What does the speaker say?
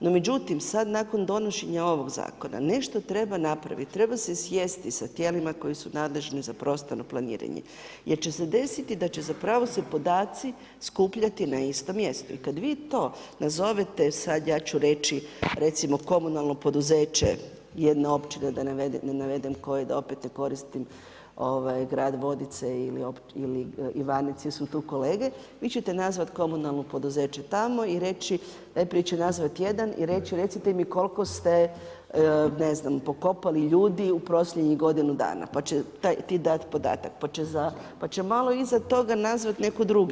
No međutim, sad nakon donošenja ovog zakona nešto treba napraviti, treba se sjesti sa tijelima koja su nadležna za prostorno planiranje jer će se desiti da će zapravo se podaci skupljati na istom mjestu i kad vi to nazovete sad ja ću reći recimo komunalno poduzeće jedna općina da ne navedem, opet da ne koristim grad Vodice ili Ivanec jer su tu kolege vi ćete nazvati komunalno poduzeće tamo i reći, najprije će nazvati jedan i reći recite mi koliko ste pokopali ljudi u posljednjih godinu dana pa će ti dati podatak, pa će malo iza toga nazvati netko drugi.